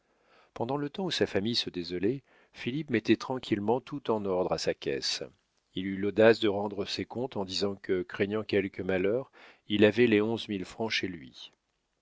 pendant le temps où sa famille se désolait philippe mettait tranquillement tout en ordre à sa caisse il eut l'audace de rendre ses comptes en disant que craignant quelque malheur il avait les onze mille francs chez lui